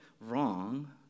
wrong